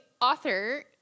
author